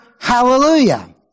hallelujah